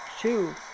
two